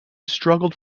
struggled